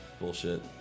bullshit